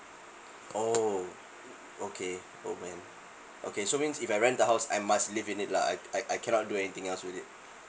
oh okay oh man okay so means if I rent the house I must live in it lah I I I cannot do anything else with it